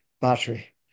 battery